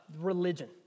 religion